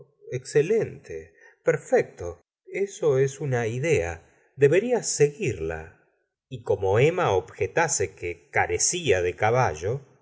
excelente perfecto eso es una idea deberías seguirla y como emma objetase que carecía de caballo